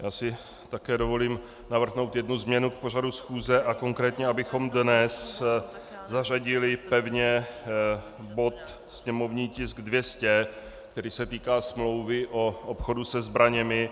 Já si také dovolím navrhnout jednu změnu k pořadu schůze, konkrétně abychom dnes zařadili pevně sněmovní tisk 200, který se týká smlouvy o obchodu se zbraněmi.